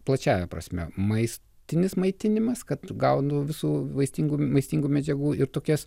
plačiąja prasme maistinis maitinimas kad gaunu visų vaistingųjų maistingų medžiagų ir tokias